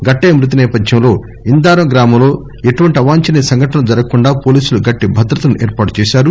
గట్టయ్య మ్మతి సేపథ్యంలో ఇందారం గ్రామంలో ఎటువంటి అవాంఛనీయ సంఘటనలు జరగకుండా పోలీసులు గట్టి భద్రతను ఏర్పాటు చేశారు